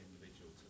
individual